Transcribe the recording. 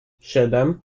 siedem